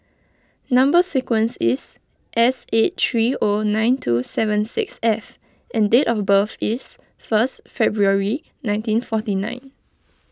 Number Sequence is S eight three O nine two seven six F and date of birth is first February nineteen forty nine